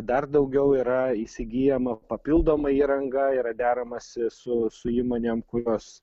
dar daugiau yra įsigyjama papildoma įranga yra deramasi su su įmonėm kurios